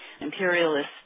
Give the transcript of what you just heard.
imperialist